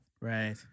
Right